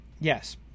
Yes